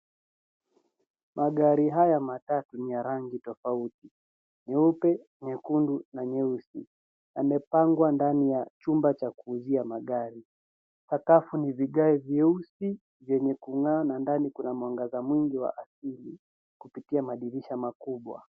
Magari haya matatu ni ya rangi tofauti, nyeupe, nyekundu na nyeusi. Yamepangwa ndani ya chumba cha kuuzia magari. Sakafu ni vigae vyeusi, vyenye kung'aa na ndani kuna mwangaza mwingi wa asili, kupitia madirisha makubwa.